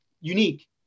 unique